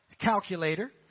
Calculator